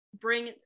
bring